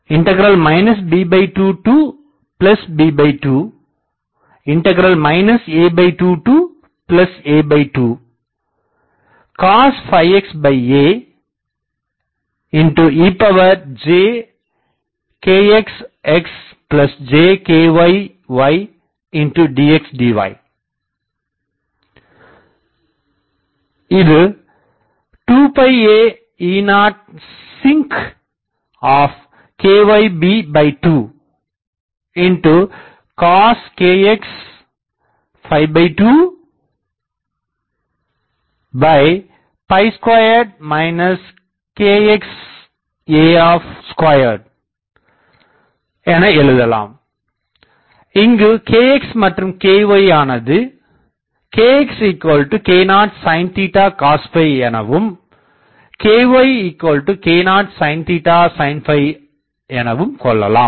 Fy b2b2 a2a2 cosxa ejkxxjkyydxdy 2aE0Sinckyb2coskxa22 kxa 2 இங்கு kxமற்றும் kyஆனது kxk0sin coskyk0sin sin ஆகும்